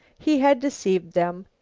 he had deceived them.